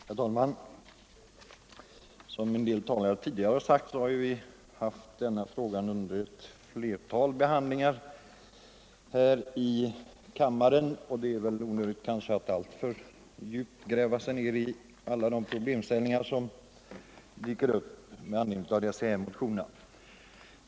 Herr talman! Som en del talare redan har sagt har vi behandlat denna fråga ett flertal gånger här i kammaren, och det är kanske därför onödigt att alltför djupt gräva ned sig i alla de problem som skulle uppstå om de här motionerna bifölls.